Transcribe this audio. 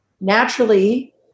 naturally